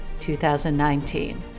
2019